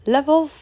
Level